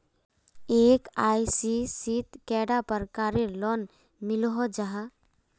LIC शित कैडा प्रकारेर लोन मिलोहो जाहा?